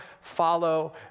follow